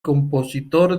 compositor